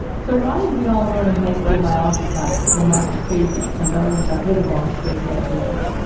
so why did we all learn in high school biology class that lamarck was crazy and darwin got rid of all his crazy ideas?